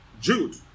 Jude